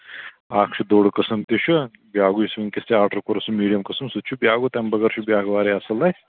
اکھ چھُ دوٚر قٕسٕم تہِ چھُ بیٛاکھ گوٚو یُس وٕنۍکٮ۪س ژےٚ آرڈر کورُتھ سُہ میٖڈیَم قٕسٕم سُہ تہِ چھُ بیٛاکھ گوٚو تَمہِ بغٲر چھُ بیٛاکھ واریاہ اَصٕل